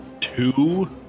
two